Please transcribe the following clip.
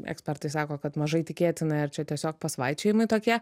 ekspertai sako kad mažai tikėtina ir čia tiesiog pasvaičiojimai tokie